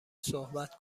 صحبت